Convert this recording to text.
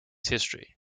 history